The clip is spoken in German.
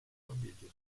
familienname